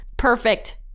perfect